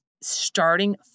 starting